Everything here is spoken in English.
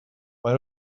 why